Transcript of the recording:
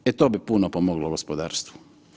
E, to bi puno pomoglo gospodarstvu.